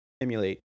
emulate